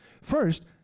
First